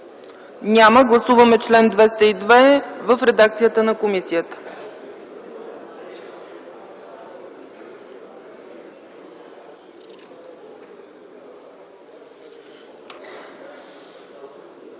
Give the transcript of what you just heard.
Няма. Гласуваме чл. 202 в редакцията на комисията.